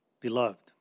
beloved